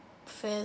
fair